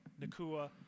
Nakua